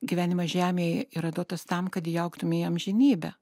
gyvenimas žemėje yra duotas tam kad įaugtum į amžinybę